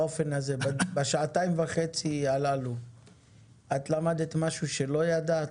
בשעתיים וחצי הללו למדת משהו שלא ידעת?